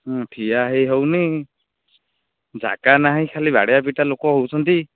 ହୁଁ ଠିଆ ହେଇ ହେଉନି ଯାଗା ନାହିଁ ଖାଲି ବାଡ଼ିଆ ପିଟା ଲୋକ ହେଉଛନ୍ତି